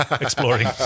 exploring